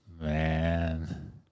Man